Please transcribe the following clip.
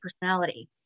personality